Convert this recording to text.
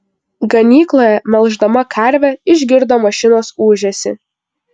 ganykloje melždama karvę išgirdo mašinos ūžesį